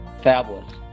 Fabulous